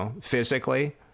physically